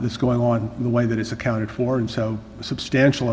this going on the way that is accounted for and so a substantial